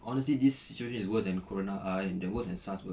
honestly this situation is worst when corona ah worst than SARS [pe]